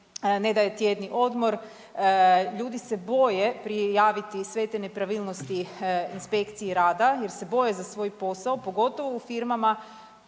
ne daje tjedni odmor, ljudi se boje prijaviti sve te nepravilnosti inspekciji jer se boje za svoj posao, pogotovo u firmama,